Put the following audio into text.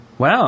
Wow